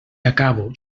acabo